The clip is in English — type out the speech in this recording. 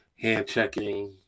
hand-checking